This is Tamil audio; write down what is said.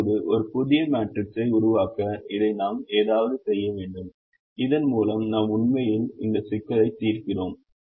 இப்போது ஒரு புதிய மேட்ரிக்ஸை உருவாக்க இதை நாம் ஏதாவது செய்ய வேண்டும் இதன் மூலம் நாம் உண்மையில் இந்த சிக்கலை தீர்க்கிறோம்